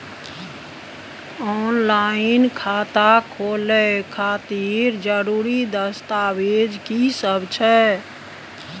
Online खाता खोले खातिर जरुरी दस्तावेज की सब छै?